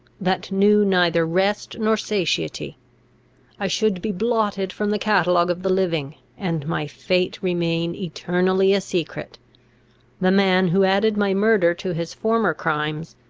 that knew neither rest nor satiety i should be blotted from the catalogue of the living, and my fate remain eternally a secret the man who added my murder to his former crimes,